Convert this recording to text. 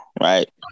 Right